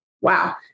Wow